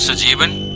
so jeevan?